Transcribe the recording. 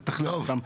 לתכלל אותם.